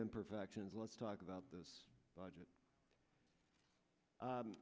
imperfections let's talk about the budget